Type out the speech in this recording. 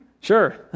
sure